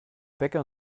bäcker